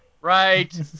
right